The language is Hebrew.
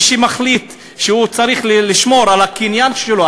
מי שמחליט שהוא צריך לשמור על הקניין שלו,